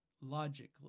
logically